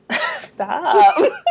Stop